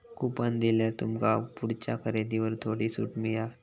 coupon दिल्यार तुमका पुढच्या खरेदीवर थोडी सूट मिळात